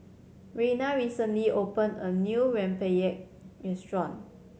Reyna recently opened a new rempeyek restaurant